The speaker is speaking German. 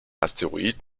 asteroid